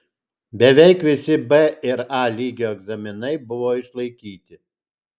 beveik visi b ir a lygio egzaminai buvo išlaikyti